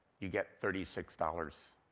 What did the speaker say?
you get thirty six dollars,